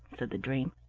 said the dream.